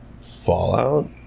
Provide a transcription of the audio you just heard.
Fallout